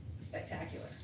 spectacular